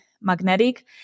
Magnetic